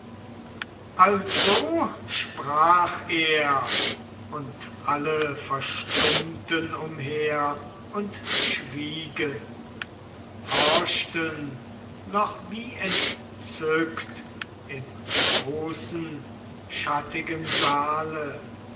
also sprach er und alle verstummten umher und schwiegen horchten noch wie entzückt im großen schattigen saale